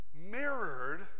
mirrored